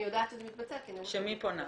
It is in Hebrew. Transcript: שמי פונה?